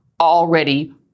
already